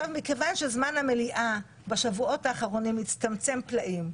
זמן המליאה בשבועות האחרונים הצטמצם פלאים,